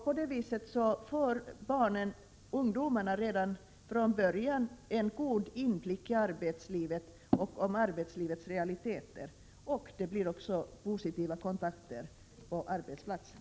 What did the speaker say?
På det sättet får ungdomarna redan från början en god inblick i arbetslivet och i arbetslivets realiteter, och det blir också positiva kontakter på arbetsplatserna.